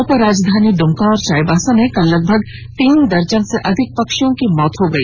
उप राजधानी दुमका और चाईबासा में कल लगभग तीन दर्जन से अधिक पक्षियों की मौत हो गई